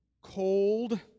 cold